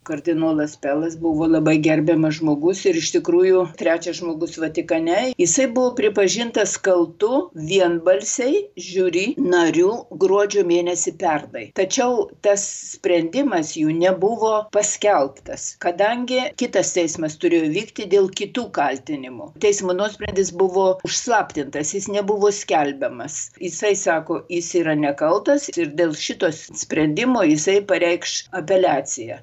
kardinolas pelas buvo labai gerbiamas žmogus ir iš tikrųjų trečias žmogus vatikane jisai buvo pripažintas kaltu vienbalsiai žiuri narių gruodžio mėnesį pernai tačiau tas sprendimas jų nebuvo paskelbtas kadangi kitas teismas turėjo įvykti dėl kitų kaltinimų teismo nuosprendis buvo užslaptintas jis nebuvo skelbiamas jisai sako jis yra nekaltas ir dėl šitos sprendimo jisai pareikš apeliaciją